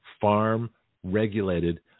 farm-regulated